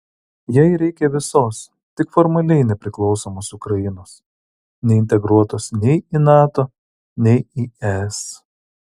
jai reikia visos tik formaliai nepriklausomos ukrainos neintegruotos nei į nato nei į es